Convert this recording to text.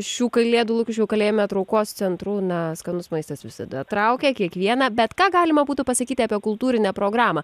šių kalėdų lukiškių kalėjime traukos centrų na skanus maistas visada traukia kiekvieną bet ką galima būtų pasakyti apie kultūrinę programą